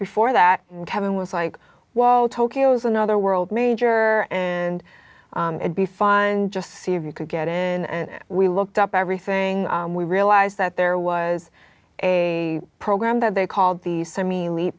before that and kevin was like whoa tokyo is another world major and would be fun just to see if you could get in and we looked up everything we realized that there was a program that they called the semi